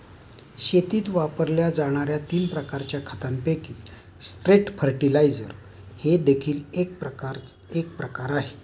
शेतीत वापरल्या जाणार्या तीन प्रकारच्या खतांपैकी स्ट्रेट फर्टिलाइजर हे देखील एक प्रकार आहे